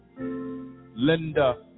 Linda